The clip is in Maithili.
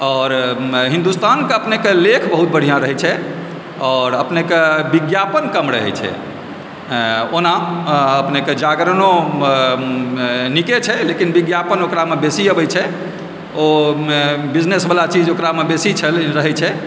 आओर हिन्दुस्तानके अपनेके लेख बहुत बढ़िआँ रहै छै आओर अपनेके विज्ञापन कम रहै छै ओना अपनेके जागरणो नीके छै लेकिन विज्ञापन ओकरामे बेसी आबै छै ओ बिजनेसवला चीज ओकरामे बेसी रहै छै